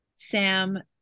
Sam